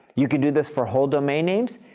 you can do this for whole domain names,